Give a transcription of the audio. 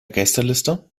gästeliste